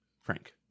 Frank